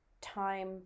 time